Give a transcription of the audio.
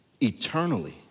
eternally